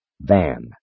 Van